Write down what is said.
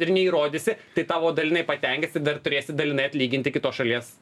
ir neįrodysi tai tavo dalinai patenkins ir dar turėsi dalinai atlyginti kitos šalies